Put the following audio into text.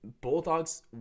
Bulldogs